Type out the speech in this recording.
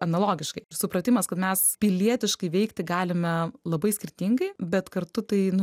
analogiškai supratimas kad mes pilietiškai veikti galime labai skirtingai bet kartu tai